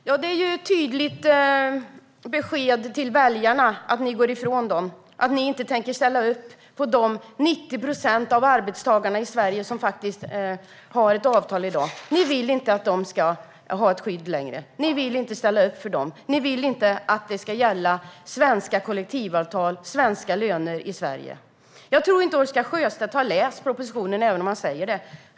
Herr talman! Det är ett tydligt besked till väljarna att ni sviker dem och inte tänker ställa upp på de 90 procent av arbetstagarna i Sverige som har ett avtal i dag. Ni vill inte att de ska ha ett skydd längre. Ni vill inte ställa upp för dem. Ni vill inte att svenska kollektivavtal och svenska löner ska gälla i Sverige. Jag tror inte att Oscar Sjöstedt har läst propositionen, även om han säger att han gjort det.